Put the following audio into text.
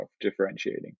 differentiating